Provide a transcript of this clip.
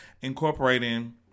incorporating